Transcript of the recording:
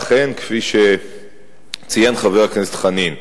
אכן כפי שציין חבר הכנסת חנין.